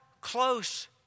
close